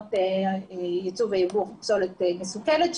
תקנות יצוא ויבוא פסולת מסוכנת,